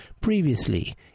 Previously